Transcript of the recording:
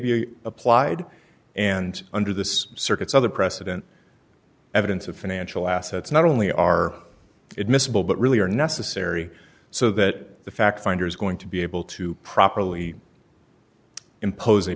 be applied and under this circuit's other precedent evidence of financial assets not only are admissible but really are necessary so that the fact finder is going to be able to properly impos